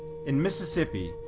in mississippi,